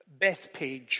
Bethpage